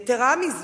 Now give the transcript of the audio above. יתירה מזאת,